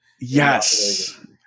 Yes